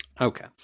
Okay